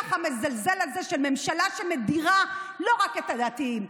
המזלזל הזה של ממשלה שמדירה לא רק את הדתיים,